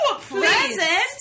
present